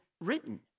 written